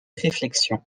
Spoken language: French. réflexion